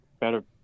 better